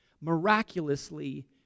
miraculously